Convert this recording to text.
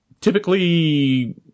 typically